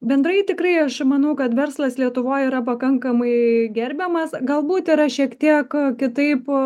bendrai tikrai aš manau kad verslas lietuvoj yra pakankamai gerbiamas galbūt yra šiek tiek kitaip